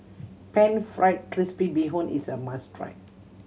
Pan Fried Crispy Bee Hoon is a must try